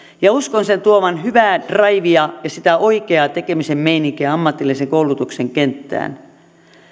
ja uskon sen tuovan hyvää draivia ja sitä oikeaa tekemisen meininkiä ammatillisen koulutuksen kenttään